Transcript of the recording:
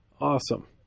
Awesome